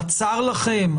בצר לכם,